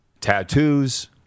tattoos